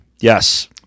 Yes